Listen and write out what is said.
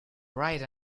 right